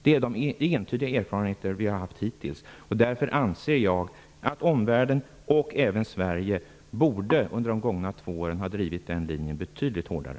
Det är entydiga erfarenheter från vad som har hänt hittills. Därför anser jag att omvärlden, även Sverige, under de gångna två åren borde har drivit denna linje betydligt hårdare.